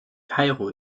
kairo